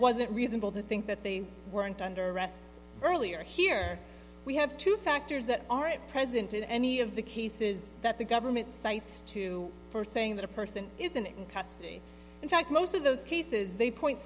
wasn't reasonable to think that they weren't under arrest earlier here we have two factors that aren't present in any of the cases that the government cites to first saying that a person isn't in custody in fact most of those cases they point